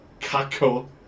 Kako